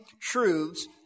truths